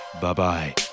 Bye-bye